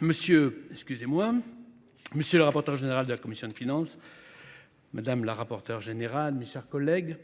monsieur le rapporteur général de la Commission de finances, Madame la rapporteure générale, mes chers collègues,